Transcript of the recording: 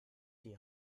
die